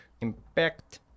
Impact